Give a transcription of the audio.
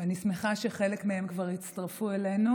ואני שמחה שחלק מהם כבר הצטרפו אלינו.